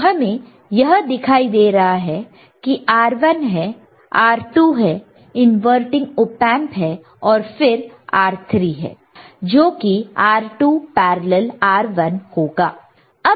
तो हमें यह दिखाई दे रहा है कि R1 है R2 है इनवर्टिंग ओपएंप है और फिर R3 है जो कि R2 पैरेलल R1 होगा